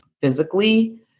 physically